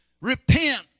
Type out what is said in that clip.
Repent